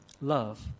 love